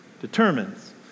determines